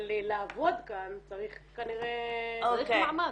אבל לעבוד כאן צריך כנראה --- צריך מעמד.